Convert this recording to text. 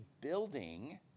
building